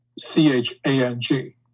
C-H-A-N-G